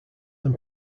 them